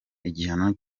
igihano